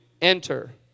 enter